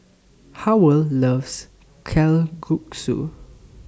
Howell loves Kalguksu